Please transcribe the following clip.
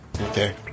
Okay